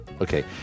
Okay